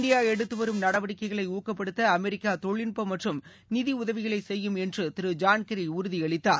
India எடுததுவரும் நடவடிக்கைகளை ஊக்கப்படுத்த அமெரிக்கா தொழில்நுட்ப மற்றும் நிதியுதவிகளை செய்யும் என்று திரு ஜான் கெர்ரி உறுதியளித்தார்